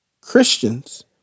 Christians